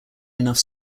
enough